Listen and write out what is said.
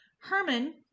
Herman